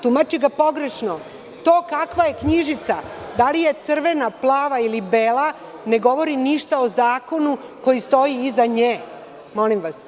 To kakva je knjižica, da li je crvena, plava ili bela, ne govori ništa o zakonu koji stoji iza nje, molim vas.